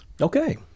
Okay